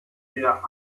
der